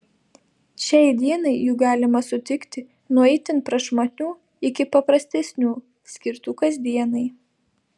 šiai dienai jų galima sutikti nuo itin prašmatnių iki paprastesnių skirtų kasdienai